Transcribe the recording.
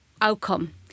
outcome